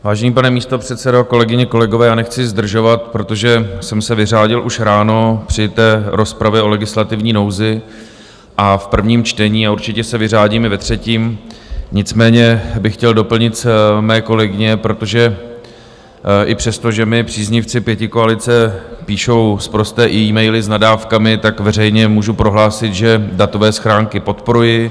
Vážený pane místopředsedo, kolegyně, kolegové, nechci zdržovat, protože jsem se vyřádil už ráno při rozpravě o legislativní nouzi v prvním čtení a určitě se vyřádím i ve třetím, nicméně bych chtěl doplnit své kolegyně, protože i přesto, že mi příznivci pětikoalice píšou sprosté emaily s nadávkami, veřejně můžu prohlásit, že datové schránky podporuji.